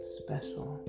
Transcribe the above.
special